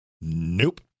Nope